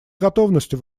готовностью